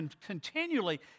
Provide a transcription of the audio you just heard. continually